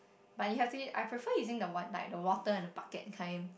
but you have to I prefer using the what like the water and the bucket kind